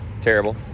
Terrible